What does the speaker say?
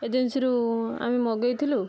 ଏଜେନ୍ସୀରୁ ଆମେ ମଗାଇଥିଲୁ